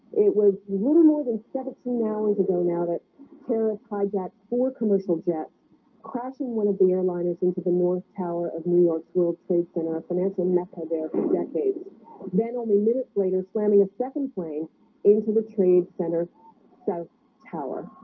it was one of more than seventeen hours ago. now that terrified at four commercial jet crashing one of the airliners into the north tower of new york's world space and our financial mecca there for decades then only minutes later slamming a second plane into the trade center south tower